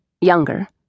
younger